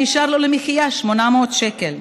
נשארו לו למחיה 800 שקלים.